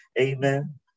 Amen